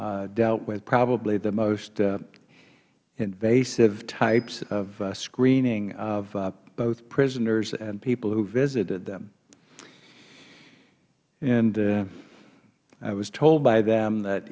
also dealt with probably the most invasive types of screening of both prisoners and people who visited them and i was told by them that